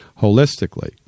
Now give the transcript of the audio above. holistically